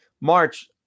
March